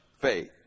faith